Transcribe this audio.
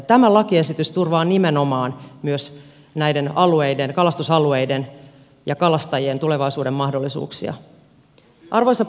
tämä lakiesitys turvaa nimenomaan näiden kalastusalueiden ja kalastajien tulevaisuuden mahdollisuuksia